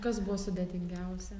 kas buvo sudėtingiausia